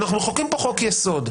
אנחנו מחוקקים פה חוק-יסוד.